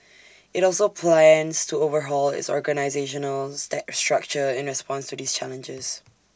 IT also plans to overhaul its organisational structure in response to these challenges